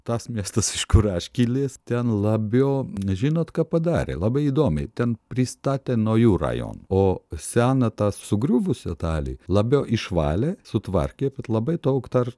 tas miestas iš kur aš kilęs ten labiau žinot ką padarė labai įdomiai ten pristatė naujų rajonų o seną tą sugriuvusią dalį labiau išvalė sutvarkė bet labai daug dar